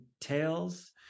tails